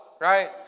right